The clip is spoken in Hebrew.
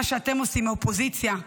מה שאתם עושים, האופוזיציה,